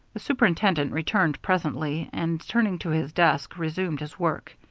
the superintendent returned presently, and, turning to his desk, resumed his work.